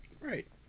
Right